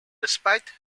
despite